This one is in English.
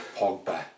Pogba